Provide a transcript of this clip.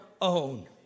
own